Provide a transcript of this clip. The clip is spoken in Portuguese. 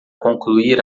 concluir